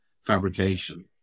fabrication